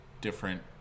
different